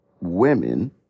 women